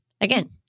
again